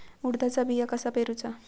उडदाचा बिया कसा पेरूचा?